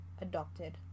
adopted